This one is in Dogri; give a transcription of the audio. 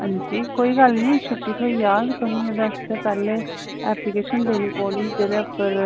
हांजी कोई गल्ल नि छुट्टी थ्होई जाह्ग तुसें उ'दे आस्तै पैह्ले एप्लीकेशन देनी पौनी जेह्दे उप्पर